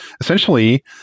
essentially